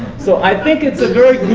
so i think it's a very